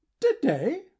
to-day